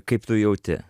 kaip tu jauti